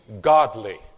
godly